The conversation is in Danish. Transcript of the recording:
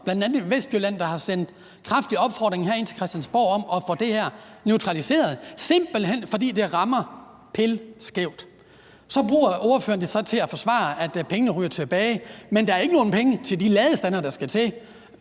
bl.a. i Vestjylland, der har sendt en kraftig opfordring herind til Christiansborg om at få det her neutraliseret, altså simpelt hen fordi det rammer skævt. Så bruger ordføreren det til at forsvare, at pengene ryger tilbage. Men der er ikke nogen penge til de ladestandere, der skal til.